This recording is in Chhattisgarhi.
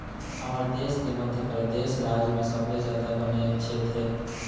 हमर देश के मध्यपरेदस राज म सबले जादा बन छेत्र हे